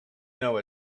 know